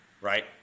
right